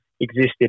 existed